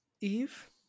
Eve